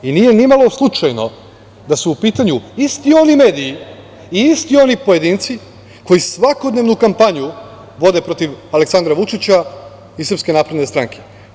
I nije ni malo slučajno da su u pitanju isti oni mediji i isti oni pojedinci koji svakodnevnu kampanju vode protiv Aleksandra Vučića i SNS.